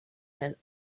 and